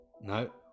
No